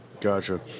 Gotcha